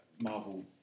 Marvel